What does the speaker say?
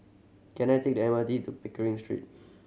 can I take the M R T to Pickering Street